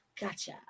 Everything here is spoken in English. Gotcha